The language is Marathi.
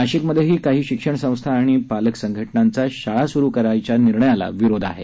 नाशिकमध्येही काही शिक्षण संस्था आणि पालक संघटनांचा शाळा स्रु करायच्या निर्णयाला विरोध आहे